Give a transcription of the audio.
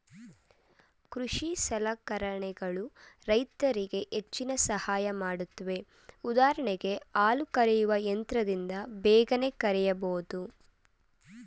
ಕೃಷಿ ಸಲಕರಣೆಗಳು ರೈತರಿಗೆ ಹೆಚ್ಚಿನ ಸಹಾಯ ಮಾಡುತ್ವೆ ಉದಾಹರಣೆಗೆ ಹಾಲು ಕರೆಯುವ ಯಂತ್ರದಿಂದ ಬೇಗನೆ ಕರೆಯಬೋದು